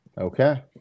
Okay